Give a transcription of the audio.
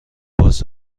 باز